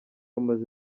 amaze